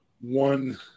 one